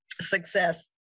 success